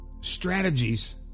strategies